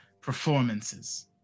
performances